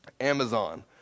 Amazon